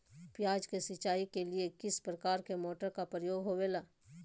प्याज के सिंचाई के लिए किस प्रकार के मोटर का प्रयोग होवेला?